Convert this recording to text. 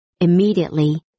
immediately